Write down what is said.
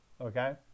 Okay